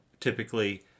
Typically